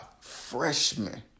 freshmen